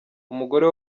umugore